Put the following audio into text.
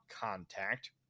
contact